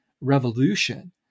revolution